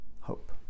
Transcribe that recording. hope